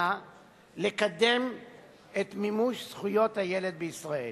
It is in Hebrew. לקדם את מימוש זכויות הילד בישראל.